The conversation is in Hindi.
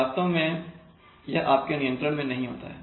वास्तव में यह आपके नियंत्रण में नहीं होता है